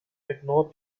ignore